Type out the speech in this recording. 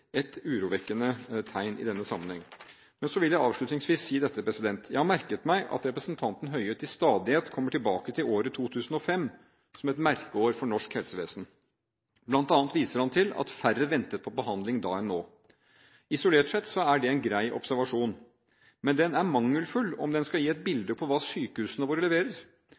et urovekkende tegn i denne sammenheng. Avslutningsvis vil jeg si: Jeg har merket meg at representanten Høie til stadighet kommer tilbake til året 2005 som et merkeår for norsk helsevesen, bl.a. viser han til at færre ventet på behandling da enn nå. Isolert sett er det en grei observasjon, men den er mangelfull om den skal gi et bilde på hva sykehusene våre leverer.